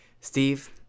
Steve